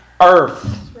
earth